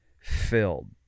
filled